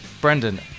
Brendan